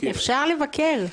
אפשר לבקר,